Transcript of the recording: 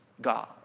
God